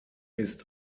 ist